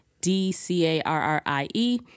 D-C-A-R-R-I-E